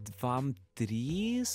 dvam trys